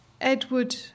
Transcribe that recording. Edward